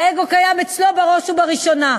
האגו קיים אצלו בראש ובראשונה.